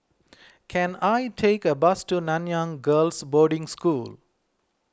can I take a bus to Nanyang Girls' Boarding School